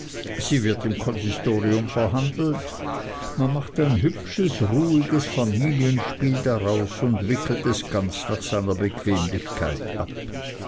sie wird im konsistorium verhandelt man macht ein hübsches ruhiges familienspiel daraus und wickelt es ganz nach seiner bequemlichkeit ab